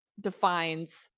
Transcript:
defines